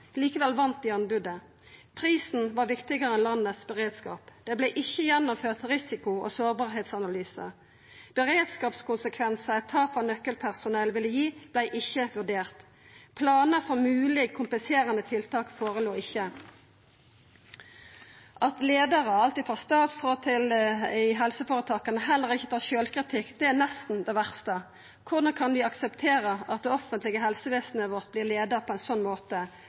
Likevel vann dei anbodet. Prisen var viktigare enn landets beredskap. Det vart ikkje gjennomført risiko- og sårbarheitsanalyse. Beredskapskonsekvensen eit tap av nøkkelpersonell ville gi, vart ikkje vurdert. Planar for moglege kompenserande tiltak låg ikkje føre. At leiarar, alt frå statsråd til leiarar i helseføretaka, heller ikkje tar sjølvkritikk, er nesten det verste. Korleis kan vi akseptera at det offentlege helsevesenet vårt vert leia på ein sånn måte,